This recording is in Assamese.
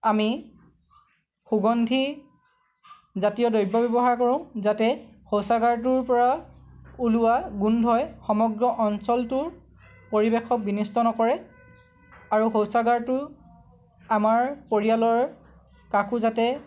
আমি সুগন্ধি জাতীয় দ্ৰৱ্য ব্যৱহাৰ কৰোঁ যাতে শৌচাগাৰটোৰ পৰা ওলোৱা গোন্ধই সমগ্ৰ অঞ্চলটোৰ পৰিৱেশক বিনষ্ট নকৰে আৰু শৌচাগাৰটো আমাৰ পৰিয়ালৰ কাকো যাতে